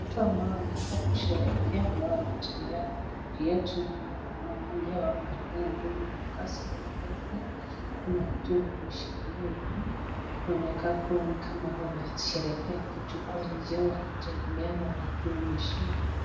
Watu ambao wanakaa kusherehekea ambao wanatembea kwa njia yetu. Naona kuna mmoja ameandika nguo imeandikwa Sport Pesa , kuna kitu yenye ameshikilia juu. Wanaonekana kuwa ni kama wanasherehekea kitu kwa njia wakitembea na wakionyeshana.